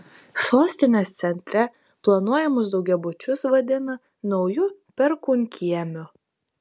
sostinės centre planuojamus daugiabučius vadina nauju perkūnkiemiu